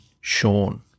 Sean